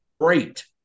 great